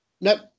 Nope